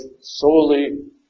solely